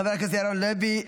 חבר הכנסת ירון לוי,